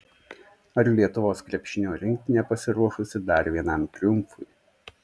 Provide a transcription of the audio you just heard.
ar lietuvos krepšinio rinktinė pasiruošusi dar vienam triumfui